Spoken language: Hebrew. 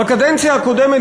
בקדנציה הקודמת,